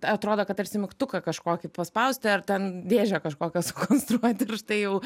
atrodo kad tarsi mygtuką kažkokį paspausti ar ten dėžę kažkokią sukonstruoti ir štai jau